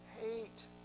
hate